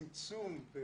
שלושה חודשים של